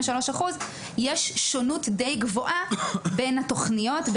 יש שונות די גבוהה בין תכניות,